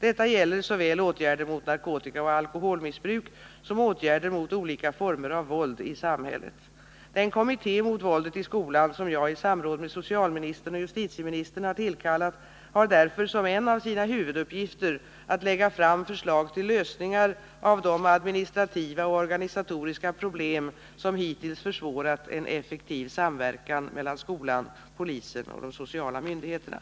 Detta gäller såväl åtgärder mot narkotikaoch alkoholmissbruk som åtgärder mot olika former av våld i samhället. Den kommitté mot våldet i skolan som jag i samråd med socialministern och justitieministern har tillkallat har därför som en av sina huvuduppgifter att lägga fram förslag till lösningar av de administrativa och organisatoriska problem som hittills försvårat en effektiv samverkan mellan skolan, polisen och de sociala myndigheterna.